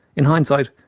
in hindsight,